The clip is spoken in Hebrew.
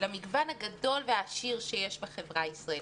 למגוון הגדול והעשיר שיש בחברה הישראלית.